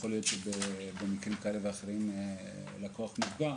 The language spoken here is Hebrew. ויכול להיות שבמקרים מסוימים הלקוח נפגע,